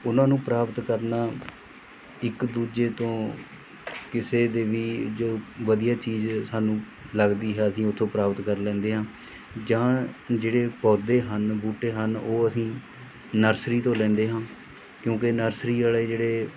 ਉਹਨਾਂ ਨੂੰ ਪ੍ਰਾਪਤ ਕਰਨਾ ਇੱਕ ਦੂਜੇ ਤੋਂ ਕਿਸੇ ਦੇ ਵੀ ਜੋ ਵਧੀਆ ਚੀਜ਼ ਸਾਨੂੰ ਲੱਗਦੀ ਹੈ ਅਸੀਂ ਉੱਥੋਂ ਪ੍ਰਾਪਤ ਕਰ ਲੈਂਦੇ ਹਾਂ ਜਾਂ ਜਿਹੜੇ ਪੌਦੇ ਹਨ ਬੂਟੇ ਹਨ ਉਹ ਅਸੀਂ ਨਰਸਰੀ ਤੋਂ ਲੈਂਦੇ ਹਾਂ ਕਿਉਂਕਿ ਨਰਸਰੀ ਵਾਲ਼ੇ ਜਿਹੜੇ